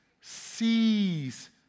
sees